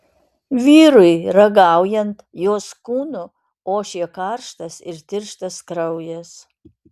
vyrui ragaujant jos kūnu ošė karštas ir tirštas kraujas